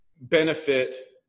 benefit